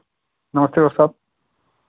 नमस्ते डाक साहब